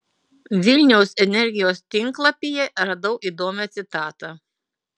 vilniaus energijos tinklapyje radau įdomią citatą